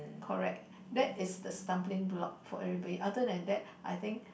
correct that is the stampling block for everybody other than that I think